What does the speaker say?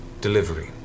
delivery